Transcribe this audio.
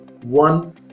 one